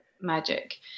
magic